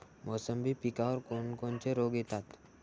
मोसंबी पिकावर कोन कोनचे रोग येतात?